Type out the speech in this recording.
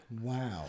Wow